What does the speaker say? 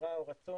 מטרה או רצון